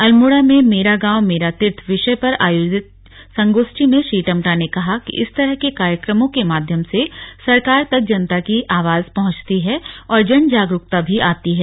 अल्मोड़ा में मेरा गांव मेरा तीर्थ विषय पर आयोजित संगोष्ठी में श्री टम्टा ने कहा कि इस तरह के कार्यक्रमों के माध्यम से सरकार तक जनता की आवाज पहुंचती है और जनजागरूकता भी आती है